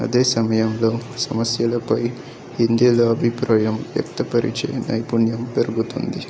అదే సమయంలో సమస్యలపై హిందీలో అభిప్రాయం వ్యక్తపరిచే నైపుణ్యం పెరుగుతుంది